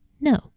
No